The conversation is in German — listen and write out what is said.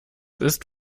ist